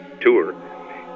tour